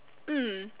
mm